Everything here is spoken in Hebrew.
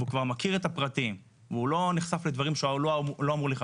הוא כבר מכיר את הפרטים והוא לא נחשף לדברים שהוא לא אמור להיחשף,